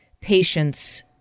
patients